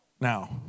Now